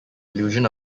illusion